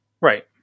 right